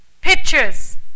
pictures